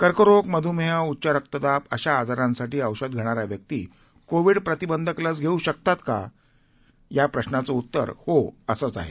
कर्करोगमध्मेह उच्च रक्तदाब अशा आजारांसाठी औषध घेणाऱ्या व्यक्ती कोविड प्रतिबंधक लस घेऊशकतात का या प्रश्नाचं उत्तर हो असंच आहे